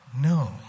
No